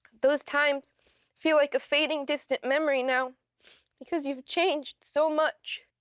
those times feel like a fading, distant memory now because you've changed so much.